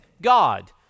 God